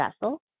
vessel